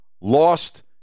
lost